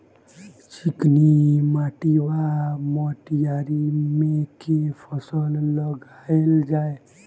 चिकनी माटि वा मटीयारी मे केँ फसल लगाएल जाए?